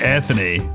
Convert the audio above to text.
Anthony